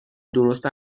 درست